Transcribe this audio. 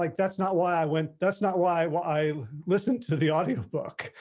like that's not why i went. that's not why why i listened to the audiobook.